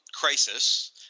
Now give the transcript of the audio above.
Crisis